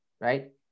right